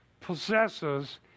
possesses